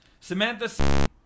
Samantha